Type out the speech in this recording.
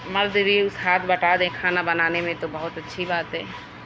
مرد بھی اُس ہاتھ بٹا دیں کھانا بنانے میں تو بہت اچھی بات ہے